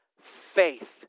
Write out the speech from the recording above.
faith